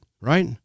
right